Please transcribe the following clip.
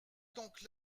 donc